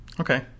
Okay